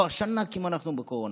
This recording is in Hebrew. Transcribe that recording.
כבר שנה כמעט אנחנו בקורונה,